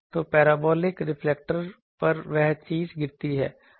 तो parabolic reflector पर वह चीज गिरती है